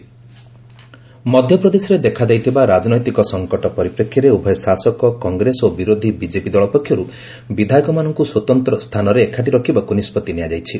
MP political crisis ମଧ୍ୟପ୍ରଦେଶରେ ଦେଖାଦେଇଥିବା ରାଜନୈତିକ ସଂକଟ ପରିପ୍ରେକ୍ଷୀରେ ଉଭୟ ଶାସକ କଂଗ୍ରେସ ଓ ବିରୋଧୀ ବିଜେପି ଦଳ ପକ୍ଷରୁ ବିଧାୟକମାନଙ୍କୁ ସ୍ୱତନ୍ତ୍ର ସ୍ଥାନରେ ଏକାଠି ରଖିବାକୁ ନିଷ୍ପଭି ନିଆଯାଇଛି